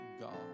God